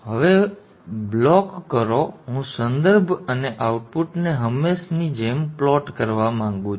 હવે બ્લોક કરો હું સંદર્ભ અને આઉટપુટને હંમેશની જેમ પ્લોટ કરવા માંગુ છું